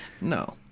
No